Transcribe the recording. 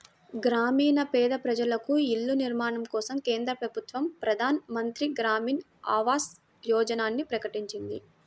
గ్రామీణ పేద ప్రజలకు ఇళ్ల నిర్మాణం కోసం కేంద్ర ప్రభుత్వం ప్రధాన్ మంత్రి గ్రామీన్ ఆవాస్ యోజనని ప్రకటించింది